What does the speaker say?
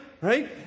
Right